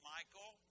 Michael